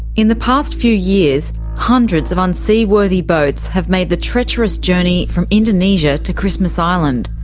in the past few years, hundreds of unseaworthy boats have made the treacherous journey from indonesia to christmas island.